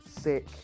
Sick